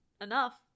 enough